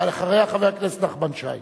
ואחריה, חבר הכנסת נחמן שי.